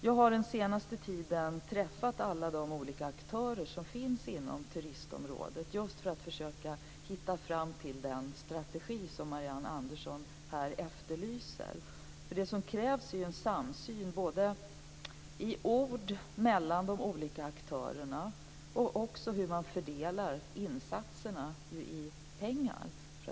Jag har under den senaste tiden träffat alla de olika aktörer som finns inom turistområdet just för att försöka hitta fram till den strategi som Marianne Andersson efterlyser. Det som krävs är en samsyn i ord mellan de olika aktörerna och när det gäller hur man fördelar insatserna.